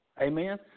Amen